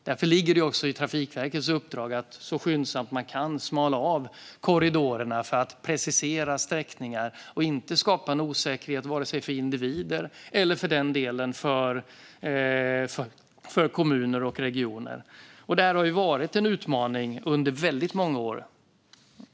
Därför ligger det också i Trafikverkets uppdrag att så skyndsamt man kan smalna av korridorerna för att precisera sträckningar och inte skapa en osäkerhet vare sig för individer eller för den delen för kommuner och regioner. Det här har varit en utmaning under väldigt många år.